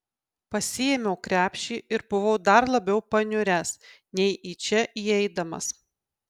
pasiėmiau krepšį ir buvau dar labiau paniuręs nei į čia įeidamas